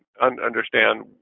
understand